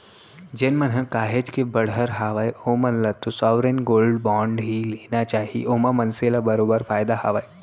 जेन मन ह काहेच के बड़हर हावय ओमन ल तो साँवरेन गोल्ड बांड ही लेना चाही ओमा मनसे ल बरोबर फायदा हावय